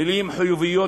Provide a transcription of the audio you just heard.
מילים חיוביות,